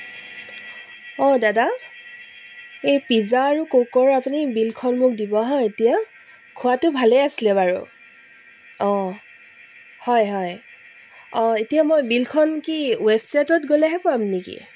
অঁ দাদা এই পিজ্জা আৰু ক'কৰ আপুনি বিলখন মোক দিব হাঁ এতিয়া খোৱাটো ভালেই আছিলে বাৰু অঁ হয় হয় অঁ এতিয়া মই বিলখন কি ৱেবছাইটত গ'লেহে পাম নেকি